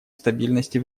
стабильности